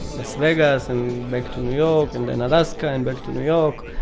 las vegas and back to new york and then alaska and back to new york.